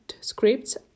scripts